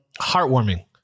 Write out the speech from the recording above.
Heartwarming